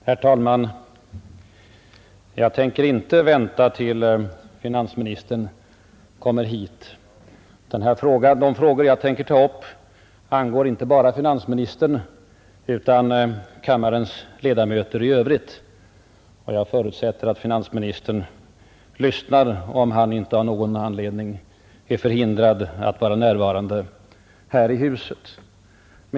Herr talman! Jag tänker inte vänta tills finansministern kommer hit. De frågor jag tänker ta upp angår inte bara finansministern utan även kammarens ledamöter i övrigt. Jag förutsätter också att finansministern lyssnar om han inte av någon anledning är förhindrad att vara närvarande här i huset.